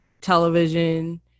Television